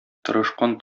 тырышкан